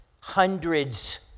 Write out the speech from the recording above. hundreds